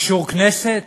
אישור הכנסת?